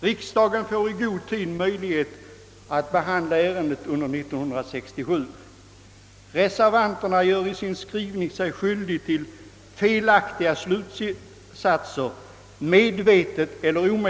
Riksdagen får i god tid möjlighet att behandla ärendet under 1967. Reservanterna gör sig medvetet eller omedvetet i sin skrivelse skyldiga till felaktiga slutsatser.